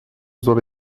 soll